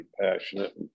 passionate